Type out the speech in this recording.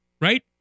Right